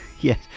Yes